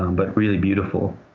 but really beautiful